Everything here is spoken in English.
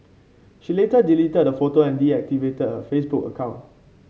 she later deleted the photo and deactivated her Facebook account